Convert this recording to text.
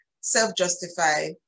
self-justify